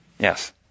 Yes